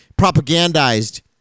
propagandized